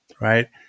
Right